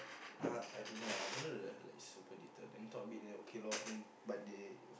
uh I don't know ah I don't know the like super detailed then talk a bit then okay loh then but they